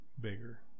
bigger